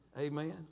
Amen